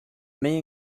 may